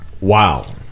wow